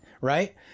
right